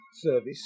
service